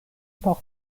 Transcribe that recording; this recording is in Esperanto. por